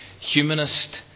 Humanist